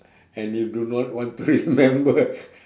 and you do not want to remember